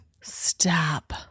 Stop